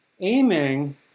aiming